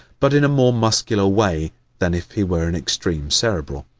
but in a more muscular way than if he were an extreme cerebral.